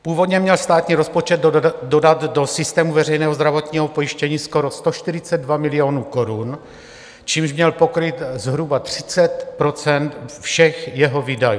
Původně měl státní rozpočet dodat do systému veřejného zdravotního pojištění skoro 142 milionů korun, čímž měl pokrýt zhruba 30 % všech jeho výdajů.